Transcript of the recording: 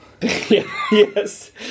Yes